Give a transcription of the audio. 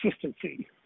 consistency